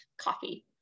coffee